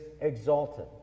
exalted